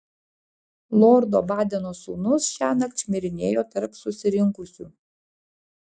lordo badeno sūnus šiąnakt šmirinėjo tarp susirinkusių